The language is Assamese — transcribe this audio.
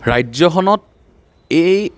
ৰাজ্যখনত এই